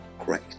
great